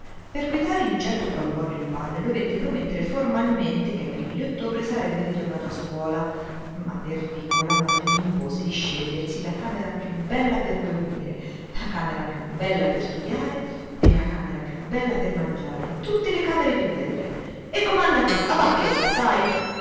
per quietare in certo qual modo il padre dovette promettere formalmente che ai primi d'ottobre sarebbe ritornato a scuola ma per ripicco la madre gl'impose di scegliersi la camera più bella per dormire la camera più bella per studiare la camera più bella per mangiare tutte le camere più belle e comanda tu a bacchetta sai